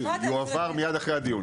יועבר מיד אחרי הדיון.